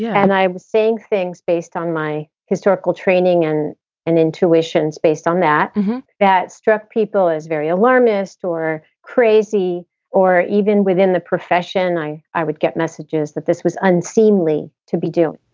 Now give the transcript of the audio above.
yeah and i was saying things based on my historical training and an intuition based on that. and that struck people as very alarmist or crazy or even within the profession. i i would get messages that this was unseemly to be do.